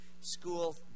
school